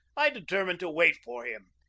i determined to wait for him,